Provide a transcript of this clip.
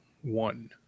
one